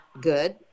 good